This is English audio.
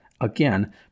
again